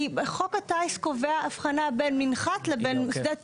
כי חוק הטיס קובע הבחנה בין מנחת לבין שדה תעופה,